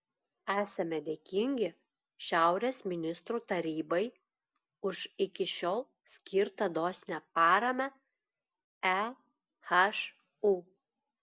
esame dėkingi šiaurės ministrų tarybai už iki šiol skirtą dosnią paramą ehu